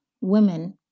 women